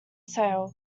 sale